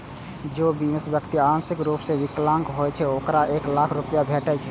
जौं बीमित व्यक्ति आंशिक रूप सं विकलांग होइ छै, ते ओकरा एक लाख रुपैया भेटै छै